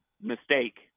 mistake